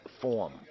form